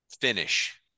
finish